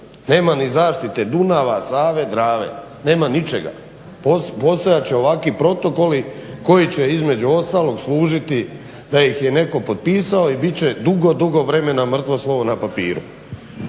nema ni zaštite Dunava, Save, Drave, nema ničega. Postojat će ovakvi protokoli koji će između ostalog služiti da ih je netko potpisao i bit će dugo, dugo vremena mrtvo slovo na papiru.